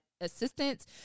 assistance